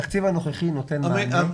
התקציב הנוכחי נותן מענה.